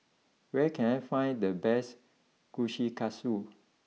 where can I find the best Kushikatsu